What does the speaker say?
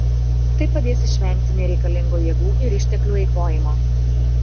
tai padės išvengti nereikalingo jėgų ir išteklių eikvojimo